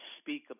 speak